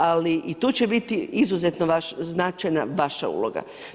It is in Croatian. Ali i tu će biti izuzetno značajna vaša uloga.